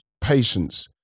patience